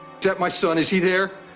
that my son? is he there?